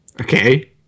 Okay